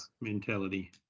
mentality